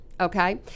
Okay